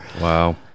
Wow